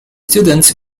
students